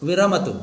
विरमतु